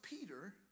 Peter